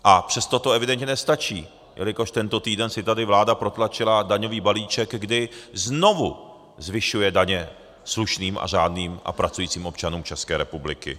A přesto to evidentně nestačí, jelikož tento týden si tady vláda protlačila daňový balíček, kdy znovu zvyšuje daně slušným, řádným a pracujícím občanům České republiky.